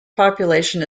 population